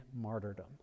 martyrdom